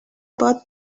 about